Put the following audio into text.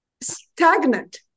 stagnant